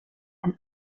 and